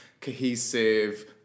cohesive